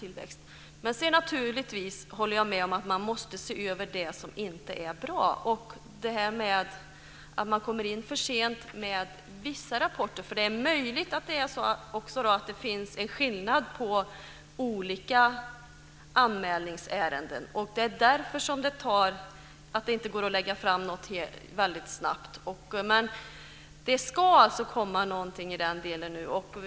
Sedan håller jag naturligtvis med om att man måste se över det som inte är bra, som det här med att man kommer in för sent med vissa rapporter. Det är möjligt att det också finns en skillnad mellan olika anmälningsärenden och att det är därför som det inte går att lägga fram något väldigt snabbt. Men det ska alltså komma något nu i den delen.